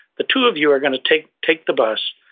the two of you are gonna take take the bus,